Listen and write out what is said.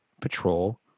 Patrol